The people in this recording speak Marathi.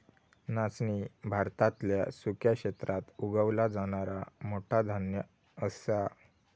नाचणी भारतातल्या सुक्या क्षेत्रात उगवला जाणारा मोठा धान्य असा